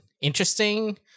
interesting